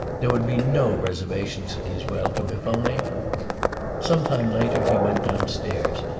there would be no reservations in his welcome, if only some time later he went downstairs,